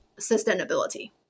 sustainability